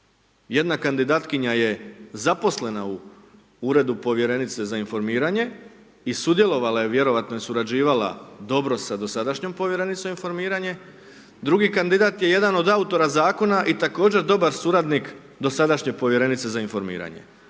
jedna kandidatkinja je zaposlena u Uredu povjerenice za informiranje i sudjelovala je, vjerojatno je surađivala dobro sa dosadašnjom Povjerenicom za informiranje, drugi kandidat je jedan od autora Zakona i također dobar suradnik dosadašnje Povjerenice za informiranje.